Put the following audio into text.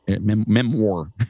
Memoir